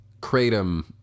Kratom